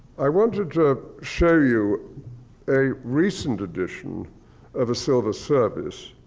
i wanted to show you a recent addition of a silver service,